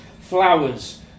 flowers